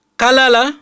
kalala